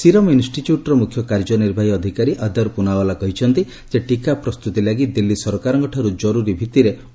Serum ଇନଷ୍ଟିଚ୍ୟୁଟର ମୁଖ୍ୟ କାର୍ଯ୍ୟନିର୍ବାହୀ ଅଧିକାରୀ ଆଦର ପୁନୱାଲା କହିଛନ୍ତି ଯେ ଟିକା ପ୍ରସ୍ତୁତି ଲାଗି ଦିଲ୍ଲୀ ସରକାରଙ୍କ ଠାରୁ ଜରୁରୀ ଭିଭିରେ ଅନୁମତି ଲୋଡାଯିବ